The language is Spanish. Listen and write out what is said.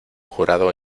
jurado